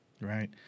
Right